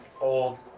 old